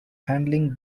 handling